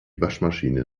waschmaschine